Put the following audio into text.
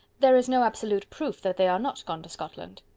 there is no absolute proof that they are not gone to scotland.